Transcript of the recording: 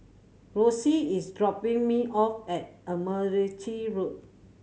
Rosie is dropping me off at Admiralty Road